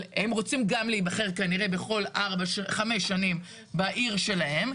כנראה שגם הם רוצים להיבחר בכל חמש שנים בעיר שלהם.